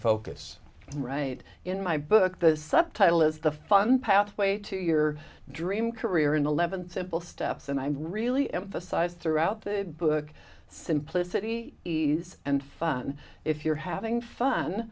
focus right in my book the subtitle is the fun pathway to your dream career in eleven simple steps and i'm really emphasize throughout the book simplicity and fun if you're having fun